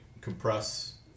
compress